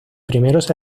primeros